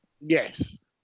Yes